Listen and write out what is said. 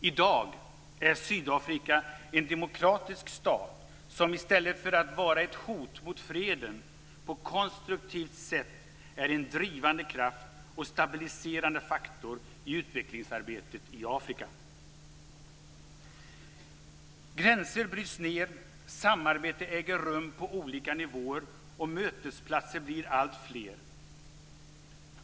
I dag är Sydafrika en demokratisk stat som, i stället för att vara ett hot mot freden, på ett konstruktivt sätt är en drivande kraft och stabiliserande faktor i utvecklingsarbetet i Afrika. Gränser bryts ned, samarbete äger rum på olika nivåer och mötesplatserna blir alltfler.